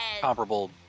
comparable